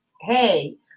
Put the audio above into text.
hey